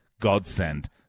godsend